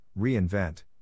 reinvent